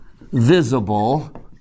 visible